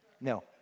no